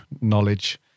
knowledge